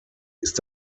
ist